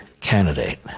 candidate